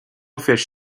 fish